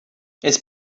it’s